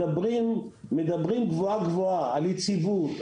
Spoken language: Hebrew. מדברים על יציבות,